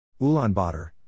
Ulaanbaatar